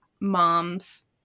mom's